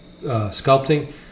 sculpting